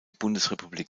bundesrepublik